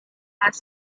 has